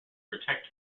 protect